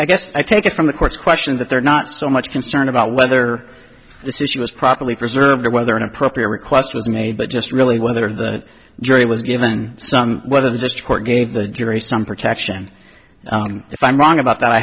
i guess i take it from the course question that they're not so much concerned about whether this issue was properly preserved or whether an appropriate request was made but just really whether the jury was given some whether this court gave the jury some protection if i'm wrong about that i